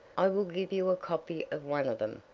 i will give you a copy of one of them,